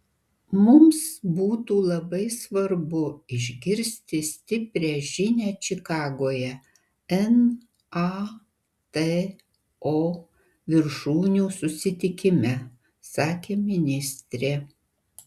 mums būtų labai svarbu išgirsti stiprią žinią čikagoje nato viršūnių susitikime sakė ministrė